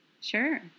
Sure